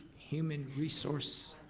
human resource,